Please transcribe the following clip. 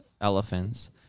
elephants